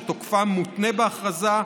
שתוקפם מותנה בהכרזה,